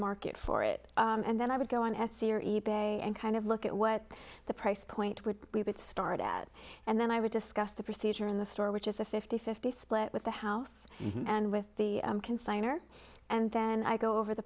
market for it and then i would go on etsy or e bay and kind of look at what the price point would we would start at and then i would discuss the procedure in the store which is a fifty fifty split with the house and with the consigner and then i go over the